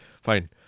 Fine